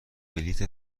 بلیط